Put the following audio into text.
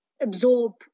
absorb